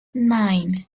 nine